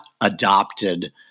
adopted